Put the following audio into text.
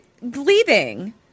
leaving